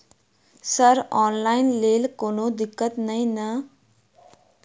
Sir online लैल कोनो दिक्कत न ई नै?